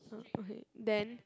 so okay then